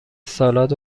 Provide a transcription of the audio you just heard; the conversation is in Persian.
سالاد